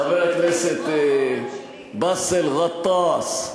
חבר כנסת באסל גטאס,